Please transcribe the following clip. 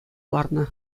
ларнӑ